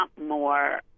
more